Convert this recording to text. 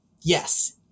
yes